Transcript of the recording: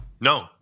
No